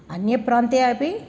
अन्यप्रान्ते अपि